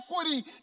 equity